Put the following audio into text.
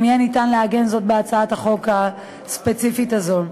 אם יהיה ניתן לעגן זאת בהצעת החוק הספציפית הזו.